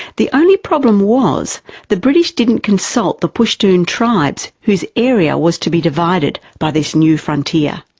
the only problem was the british didn't consult the pashtun and tribes whose area was to be divided by this new frontier.